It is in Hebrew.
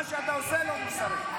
תפסיק, מה שאתה עושה לא מוסרי.